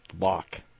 lock